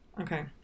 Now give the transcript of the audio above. Okay